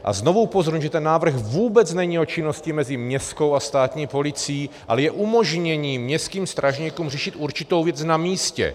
A znovu upozorňuji, že ten návrh vůbec není o činnosti mezi městskou a státní policií, ale je umožněním městským strážníkům řešit určitou věc na místě.